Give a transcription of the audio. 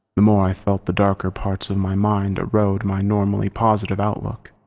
the more i felt the darker parts of my mind erode my normally positive outlook.